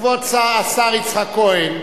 כבוד סגן השר יצחק כהן,